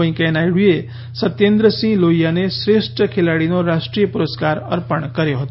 વૈકેંયા નાયડુએ સત્યેન્દ્રસિંહ લોહિયાને શ્રેષ્ઠ ખેલાડીનો રાષ્ટ્રીય પુરસ્કાર અર્પણ કર્યો હતો